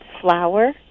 flour